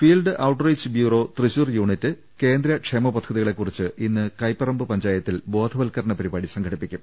field outreach bureau Thrissur unit കേന്ദ്ര ക്ഷേമ പദ്ധതികളെക്കുറിച്ച് ഇന്ന് കൈപ്പറമ്പ് പഞ്ചായത്തിൽ ബോധവത്ക്ക രണ പരിപാടി സംഘടിപ്പിക്കും